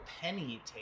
penny